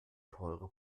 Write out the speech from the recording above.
teure